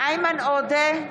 איימן עודה,